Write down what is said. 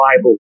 Bible